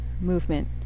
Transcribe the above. movement